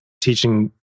teaching